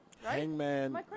Hangman